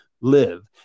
live